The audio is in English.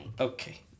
okay